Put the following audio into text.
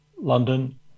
London